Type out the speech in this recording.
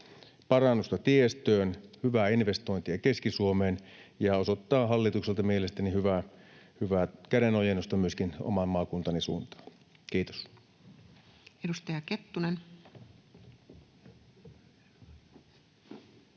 parannusta tiestöön. Nämä ovat hyviä investointeja Keski-Suomeen, ja se osoittaa hallitukselta mielestäni hyvää kädenojennusta myöskin oman maakuntani suuntaan. — Kiitos. [Speech